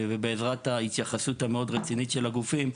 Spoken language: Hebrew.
ובעזרת ההתייחסות המאוד רצינית של הגופים,